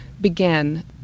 began